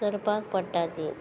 करपाक पडटी तीं